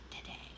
today